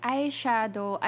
Eyeshadow